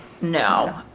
no